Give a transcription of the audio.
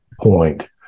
point